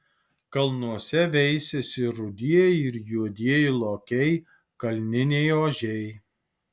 kalnuose veisiasi rudieji ir juodieji lokiai kalniniai ožiai